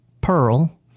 Pearl